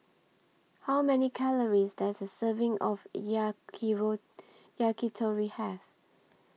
How Many Calories Does A Serving of Yakitori Have